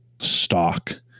stock